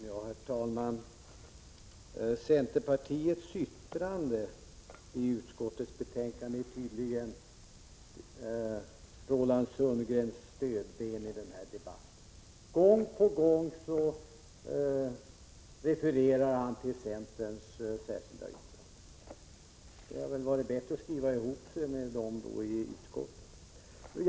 Herr talman! Centerpartiets yttrande i utskottsbetänkandet är tydligen Roland Sundgrens stödben i den här debatten. Gång på gång refererar han till centerns särskilda yttrande. Det hade väl varit bättre om ni skrivit ihop er med centern i utskottet.